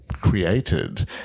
Created